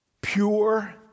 pure